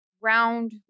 round